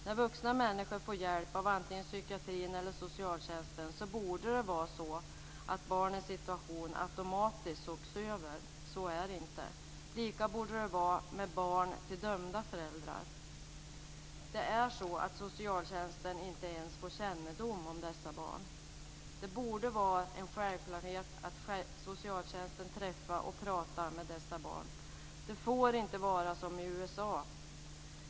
När vuxna människor får hjälp av antingen psykiatrin eller socialtjänsten borde det vara så att barnens situation automatiskt sågs över. Så är det inte. Likadant borde det vara med barn till dömda föräldrar. Det är så att socialtjänsten inte ens får kännedom om dessa barn. Det borde vara en självklarhet att socialtjänsten träffade dessa barn och pratade med dem. Det får inte vara som i USA.